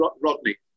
Rodney